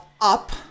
up